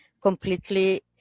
completely